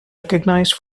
recognized